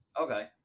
Okay